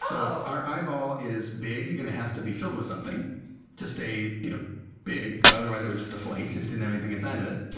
our eyeball is big and it has to be filled with something to stay you know big. but otherwise it would just deflate if it didn't have anything inside of it.